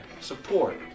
support